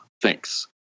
Thanks